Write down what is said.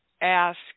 Ask